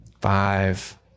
Five